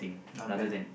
not valid